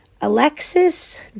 Alexis